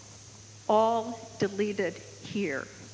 all deleted here.